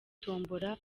tombola